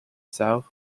south